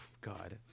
God